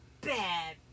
bad